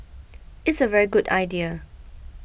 it's a very good idea